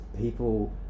people